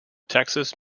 texas